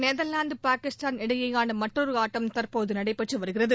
நெதர்வாந்து பாகிஸ்தான்இடையேயானமற்றொரு ஆட்டம் தற்போது நடைபெற்றுவருகிறது